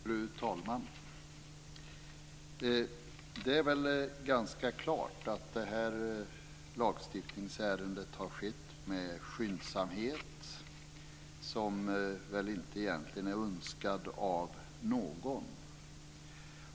Fru talman! Det är väl ganska klart att det här lagstiftningsärendet har skett med en skyndsamhet som väl egentligen inte är önskad av någon.